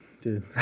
dude